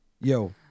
yo